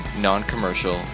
Non-Commercial